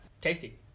tasty